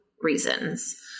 reasons